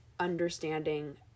understanding